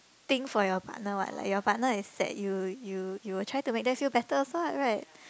think for your partner what like your partner is sad you you you will try to make them feel better also what right